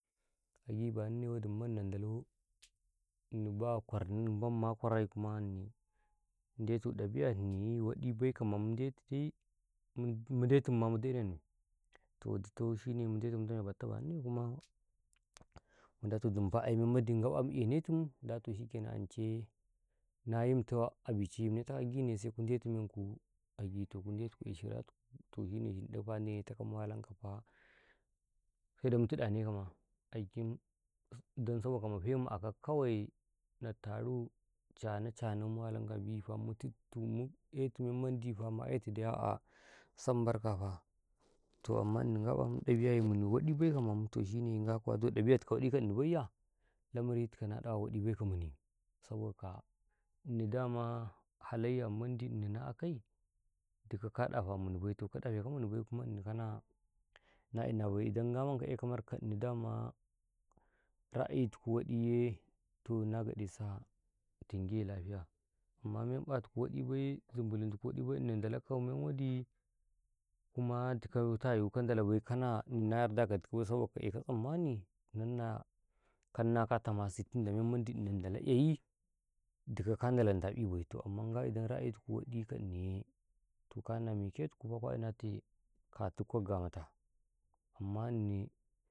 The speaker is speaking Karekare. ﻿Gi baninai nan ndalo ini ba kwarhini mandi ma kwarai kuma ini ndetu ɗabi'a hiniyi waɗibai ka mamu ndetu dai mun ndetu ma mu dainani to ditu shine mun ndetu mu tame a batta ba niynai kumu mu to dumufa da to memmandi ngaƃan 'yenetumu da to shikenan ance na yinto a bice yinne ta kau a gini ye sai kun ndet menku a gitu sai kundetu ko'yeyi shira tuku to shine shin ɗikafa ndenetafa mu aiki giɗo don saboda mafe ma akau kawai na taru cana canau mu walanka abifa mu tudtumu mu etu memmandi ma etu fa a'a sambarka fa to amma ini ngaƃan ɗabi'ani waɗi bai ka mamu to shine to nga kuwa in ɗabi'atiku waɗi ka ini lbaiya lamari tikau na ɗawa waɗi bai ka mini saboka ini dama halayyama mandi ini na akai dikau ka ɗafa mini bai to ka ɗafeka mini bai kan na ina bai inda knaa nga ka eka markaka ini dama ra'ayituku waɗiye to na giɗesi a tingi waɗi ba zumbulum tuku waɗi bai ini ndalaka men waɗi ku ekatau ɗikau kane ndalabai kana ini na yarda ka ɗikabai sabokau eka tsammani nanna kanna ka tamasi tinda memandi ini nda eyi dika ka ndalanta ƃibai da ra'ayituku waɗi kanniye kwaina meke tuku katuku ka gamata amma inni.